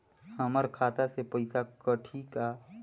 हमर खाता से पइसा कठी का?